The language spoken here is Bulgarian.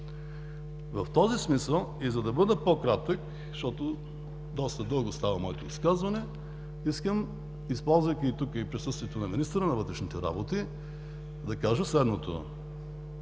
В този смисъл и за да бъда по-кратък, защото доста дълго става моето изказване, искам, използвайки тук и присъствието на министъра на вътрешните работи, да кажа следното: